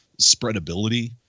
spreadability